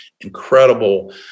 incredible